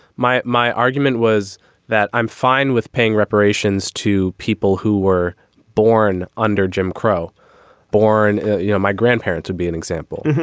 my my argument was that i'm fine with paying reparations to people who were born under jim crow born. you know my grandparents would be an example.